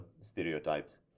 stereotypes